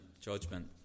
judgment